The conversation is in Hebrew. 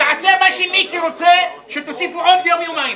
אני הייתי רוצה שתוסיפו עוד יום או יומיים.